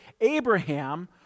Abraham